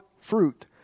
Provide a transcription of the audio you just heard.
fruit